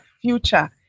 future